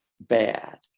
bad